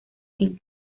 fin